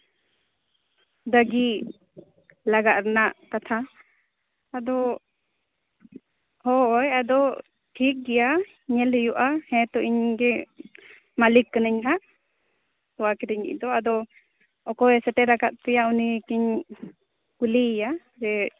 ᱫᱟ ᱜᱤ ᱞᱟᱜᱟᱜ ᱨᱮᱱᱟᱜ ᱠᱟᱛᱷᱟ ᱟᱫᱚ ᱦᱳᱭ ᱟᱫᱚ ᱴᱷᱤᱠ ᱜᱮᱭᱟ ᱧᱮᱞ ᱦᱩᱭᱩᱜᱼᱟ ᱦᱮᱸᱛᱚ ᱤᱧ ᱜᱮ ᱢᱟᱞᱤᱠ ᱠᱟᱹᱱᱟᱹᱧ ᱦᱟᱸᱜ ᱛᱚᱣᱟ ᱟᱹᱠᱷᱨᱤᱧᱤᱡ ᱫᱚ ᱟᱫᱚ ᱚᱠᱚᱭ ᱥᱮᱴᱮᱨᱟᱠᱟᱫ ᱯᱮᱭᱟ ᱩᱱᱤ ᱜᱤᱧ ᱠᱩᱞᱤᱭᱮᱭᱟ ᱡᱮ